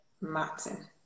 Martin